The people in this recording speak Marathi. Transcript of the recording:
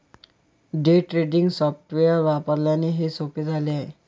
डे ट्रेडिंग सॉफ्टवेअर वापरल्याने हे सोपे झाले आहे